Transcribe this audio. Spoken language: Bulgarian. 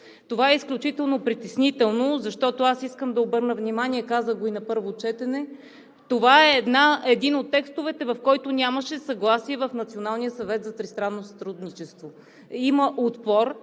Това е изключително притеснително, защото аз искам да обърна внимание, казах го и на първо четене, това е един от текстовете, в който нямаше съгласие в Националния